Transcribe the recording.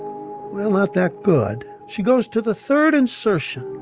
well, not that good. she goes to the third insertion.